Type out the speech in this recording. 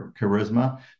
charisma